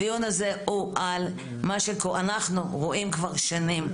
הדיון הזה הוא על מה שאנחנו רואים כבר שנים.